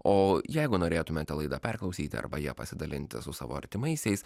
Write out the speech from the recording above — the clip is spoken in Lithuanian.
o jeigu norėtumėte laidą perklausyti arba ja pasidalinti su savo artimaisiais